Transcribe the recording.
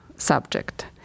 subject